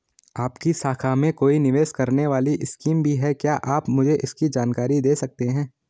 आपकी शाखा में कोई निवेश करने वाली स्कीम भी है क्या आप मुझे इसकी जानकारी दें सकते हैं?